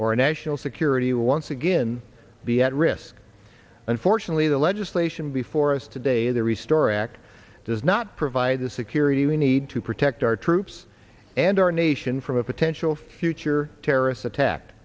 a national security once again be at risk unfortunately the legislation before us today the restart act does not provide the security we need to protect our troops and our nation from a potential future terrorists attack